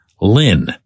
Lynn